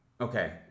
Okay